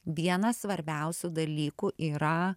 vienas svarbiausių dalykų yra